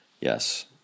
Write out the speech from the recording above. Yes